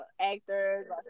actors